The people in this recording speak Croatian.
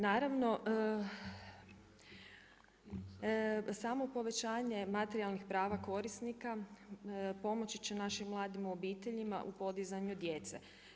Naravno samo povećanje materijalnih prava korisnika pomoći će našim mladim obiteljima u podizanju djece.